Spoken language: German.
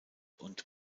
und